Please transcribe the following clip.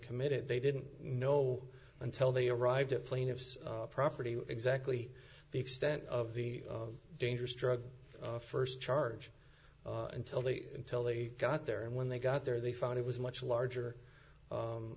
committed they didn't know until they arrived at plaintiff's property exactly the extent of the dangerous drug first charge until they until they got there and when they got there they found it was a much larger